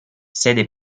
sede